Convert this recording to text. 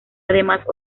además